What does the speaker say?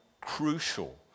crucial